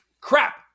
crap